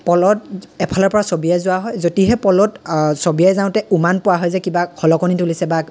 পল'ত এফালৰ পৰা চবিয়াই যোৱা হয় যদিহে পল'ত চবিয়াই যাওতে উমান পোৱা হয় যে কিবা খলকনি তুলিছে বা